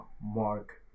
Mark